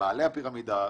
במעלה הפירמידה,